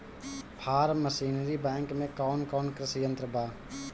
Form machinery bank में कौन कौन कृषि यंत्र बा?